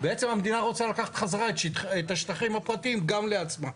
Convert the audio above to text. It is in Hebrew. בעצם המדינה רוצה לקחת חזרה את השטחים הפרטיים גם לעצמה.